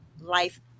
life